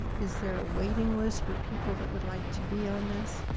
is there a waiting list for people that would like to be on this?